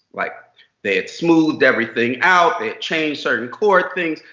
like they had smoothed everything out. they had changed certain chord things.